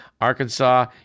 Arkansas